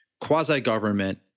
quasi-government